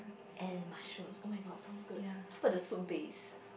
and mushroom oh-my-god sounds good how about the soup base